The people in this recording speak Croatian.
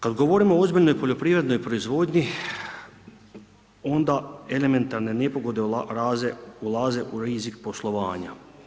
Kad govorimo o ozbiljnoj poljoprivrednoj proizvodnji onda elementarne nepogode ulaze u rizik poslovanja.